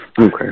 Okay